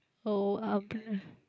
oh